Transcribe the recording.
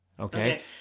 Okay